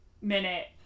minute